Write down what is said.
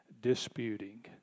disputing